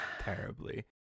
terribly